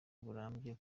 burambye